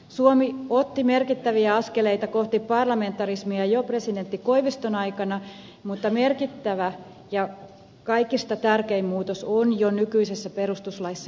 suomi otti merkittäviä askeleita kohti parlamentarismia jo presidentti koiviston aikana mutta merkittävä ja kaikista tärkein muutos on jo nykyisessä perustuslaissa